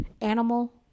animal